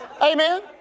Amen